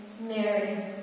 Mary